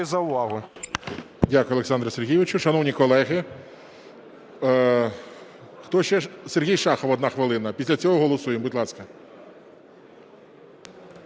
за увагу.